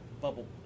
bubble